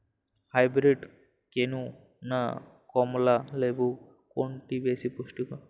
Hybrid কেনু না কমলা লেবু কোনটি বেশি পুষ্টিকর?